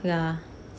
ya